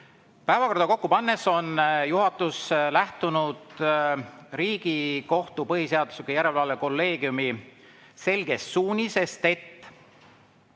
Päevakorda kokku pannes on juhatus lähtunud Riigikohtu põhiseaduslikkuse järelevalve kolleegiumi selgest suunisest, et